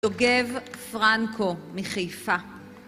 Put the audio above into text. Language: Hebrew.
יוגב פרנקו מחיפה